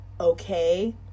okay